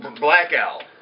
blackout